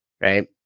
Right